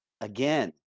Again